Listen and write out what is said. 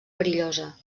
perillosa